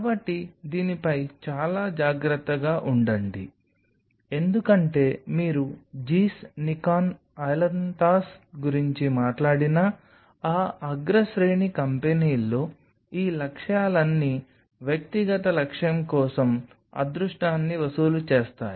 కాబట్టి దీనిపై చాలా జాగ్రత్తగా ఉండండి ఎందుకంటే మీరు జీస్ నికాన్ ఐలాంథస్ గురించి మాట్లాడినా ఆ అగ్రశ్రేణి కంపెనీల్లో ఈ లక్ష్యాలన్నీ వ్యక్తిగత లక్ష్యం కోసం అదృష్టాన్ని వసూలు చేస్తాయి